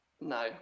No